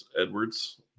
Edwards